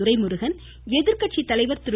துரைமுருகன் எதிர்கட்சி தலைவர் திரு